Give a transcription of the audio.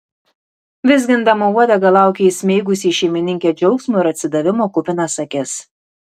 vizgindama uodegą laukė įsmeigusi į šeimininkę džiaugsmo ir atsidavimo kupinas akis